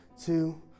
two